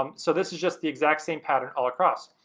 um so this is just the exact same pattern all across.